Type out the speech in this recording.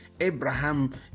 abraham